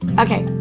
ok,